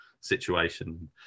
situation